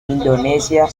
indonesia